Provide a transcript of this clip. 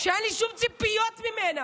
שאין לי שום ציפיות ממנה.